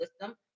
system